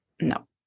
No